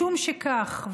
משום שכך,